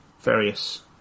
various